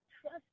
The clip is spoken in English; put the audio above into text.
trust